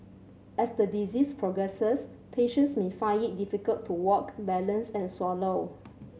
as the disease progresses patients may find it difficult to walk balance and swallow